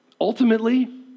Ultimately